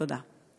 תודה.